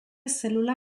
zelula